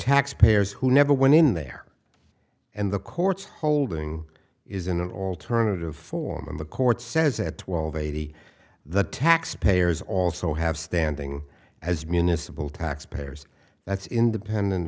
taxpayers who never went in there and the court's holding is in an alternative form and the court says at twelve eighty the taxpayers also have standing as municipal taxpayers that's independent